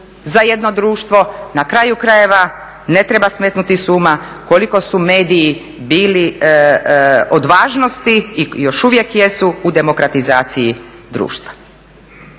za jedno društvo. Na kraju krajeva ne treba smetnuti s uma koliko su mediji bili od važnosti i još uvijek jesu u demokratizaciji društva.